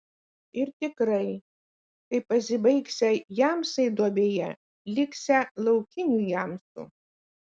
ir tikrai kai pasibaigsią jamsai duobėje liksią laukinių jamsų